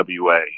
wa